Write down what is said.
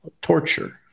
torture